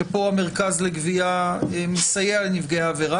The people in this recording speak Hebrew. שפה המרכז לגבייה מסייע לנפגעי עבירה,